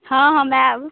हँ हम आयब